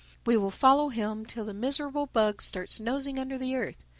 we will follow him till the miserable bug starts nosing under the earth.